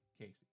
Casey